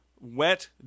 wet